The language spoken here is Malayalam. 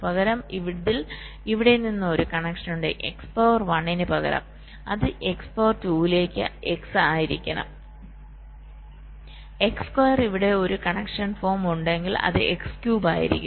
പകരം ഇതിൽ ഇവിടെ നിന്ന് ഒരു കണക്ഷൻ ഉണ്ട് x പവർ 1 ന് പകരം അത് x പവർ 2 ലേക്ക് xആയിരിക്കണം x സ്ക്വർ ഇവിടെ ഒരു കണക്ഷൻ ഫോം ഉണ്ടെങ്കിൽ അത് x ക്യൂബ് ആയിരിക്കും